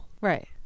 Right